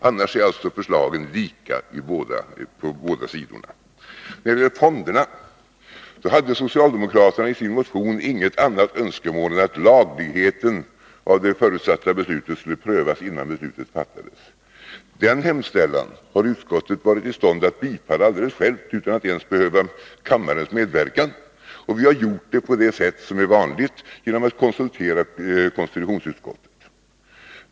Annars är alltså förslagen lika på båda sidorna. När det gäller fonderna hade socialdemokraterna i sin motion inget annat önskemål än att lagligheten av det förutsatta beslutet skulle prövas innan beslutet fattades. Denna hemställan har utskottet varit i stånd att bifalla alldeles självt utan att behöva kammarens medverkan. Vi har gjort det som vi vanligen gör, genom att konsultera konstitutionsutskottet.